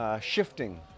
shifting